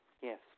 yes